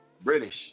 British